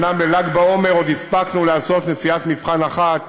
אומנם בל"ג בעומר עוד הספקנו לעשות נסיעת מבחן אחת,